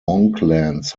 monklands